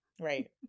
right